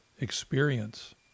experience